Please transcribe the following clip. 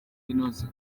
inoze